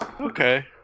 Okay